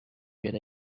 get